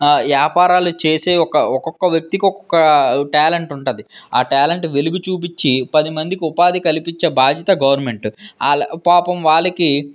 వ్యాపారాలు చేసే ఒక ఒకొక్క వ్యక్తికి ఒక టాలెంట్ ఉంటుంది ఆ టాలెంట్ వెలుగు చూపించి పదిమందికి ఉపాధి కల్పించే బాధ్యత గవర్నమెంట్ పాపం ఆళ్ వాళ్ళకి